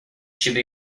should